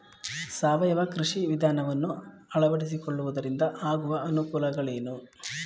ಸಾವಯವ ಕೃಷಿ ವಿಧಾನವನ್ನು ಅಳವಡಿಸಿಕೊಳ್ಳುವುದರಿಂದ ಆಗುವ ಅನುಕೂಲಗಳೇನು?